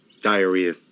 diarrhea